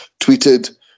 tweeted